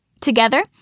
Together